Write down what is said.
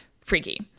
Freaky